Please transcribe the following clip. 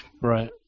Right